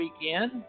weekend